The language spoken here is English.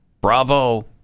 Bravo